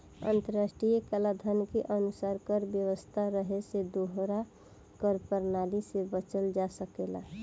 अंतर्राष्ट्रीय कलाधन के अनुसार कर व्यवस्था रहे से दोहरा कर प्रणाली से बचल जा सकेला